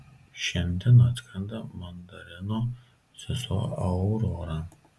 šiandien atskrenda mandarino sesuo aurora